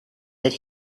that